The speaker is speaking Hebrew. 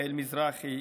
יעל מזרחי,